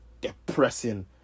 depressing